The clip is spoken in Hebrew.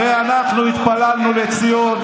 הרי אנחנו התפללנו לציון.